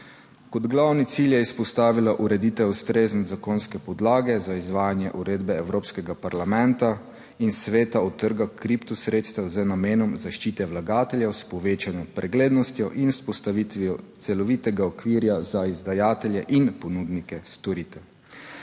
Kot glavni cilj je izpostavila ureditev ustrezne zakonske podlage za izvajanje uredbe Evropskega parlamenta in Sveta o trgih kriptosredstev z namenom zaščite vlagateljev s povečano preglednostjo in vzpostavitvijo celovitega okvirja za izdajatelje in ponudnike storitev.